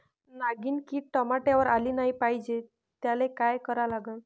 नागिन किड टमाट्यावर आली नाही पाहिजे त्याले काय करा लागन?